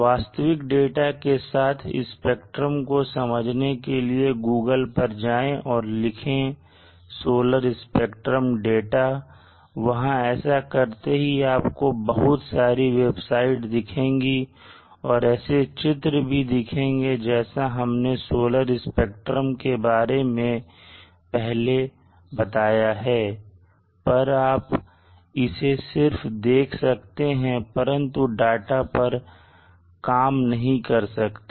वास्तविक डाटा के साथ स्पेक्ट्रम को समझने के लिए गूगल पर जाएं और लिखें सोलर स्पेक्ट्रम डाटा वहां ऐसा करते ही आपको बहुत सारी वेबसाइट दिखेंगी और ऐसे चित्र भी दिखेंगे जैसा हमने सोलर स्पेक्ट्रम के बारे में पहले बताया है पर आप इसे सिर्फ देख सकते हैं परंतु डाटा पर कार्य नहीं कर सकते